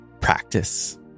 practice